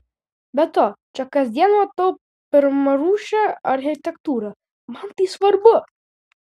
be to čia kasdien matau pirmarūšę architektūrą man tai svarbu